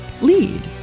Lead